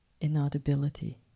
inaudibility